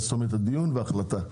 זאת אומרת דיון והחלטה.